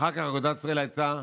אחר כך אגודת ישראל הייתה